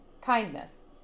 kindness